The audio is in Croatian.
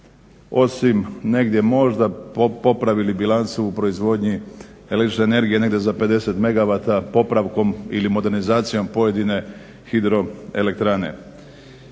osim negdje možda popravili bilancu u proizvodnji električne energije negdje za 50 megavata popravkom ili modernizacijom pojedine hidroelektrane.